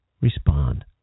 respond